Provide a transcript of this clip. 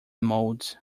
modes